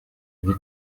muri